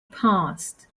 past